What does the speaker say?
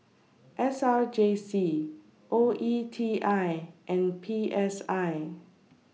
S R J C O E T I and P S I